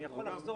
אני יכול לחזור